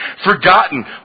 forgotten